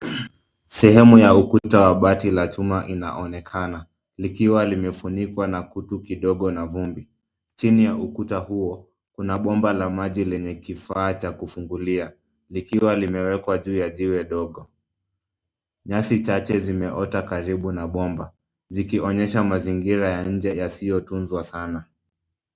Sehemu ya ukuta wa bati la chuma inaonekana likiwa limefunikwa na kutu kidogo na vumbi. Chini ya ukuta huo kuna bomba la maji lenye kifaa cha kufungulia likiwa limewekwa juu ya jiwe dogo. Nyasi chache zimeota karibu na bomba zikionyesha mazingira ya nje yasiyotunzwa sana.